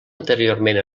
anteriorment